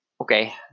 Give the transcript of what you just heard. Okay